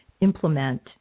implement